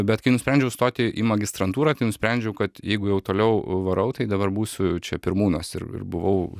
bet kai nusprendžiau stoti į magistrantūrą tai nusprendžiau kad jeigu jau toliau varau tai dabar būsiu čia pirmūnas ir ir buvau